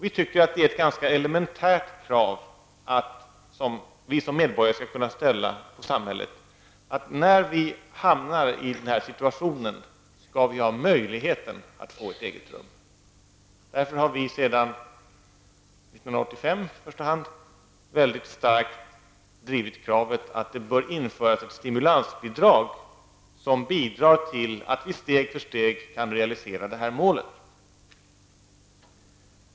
Vi tycker att detta är ett ganska elementärt krav som vi som medborgare skall kunna ställa på samhället att vi när vi hamnar i den här situationen skall ha möjlighet att få ett eget rum. Därför har vi, sedan 1985 i första hand, mycket starkt drivit kravet att det bör införas ett stimulansbidrag som bidrar till att vi steg för steg kan realisera detta mål.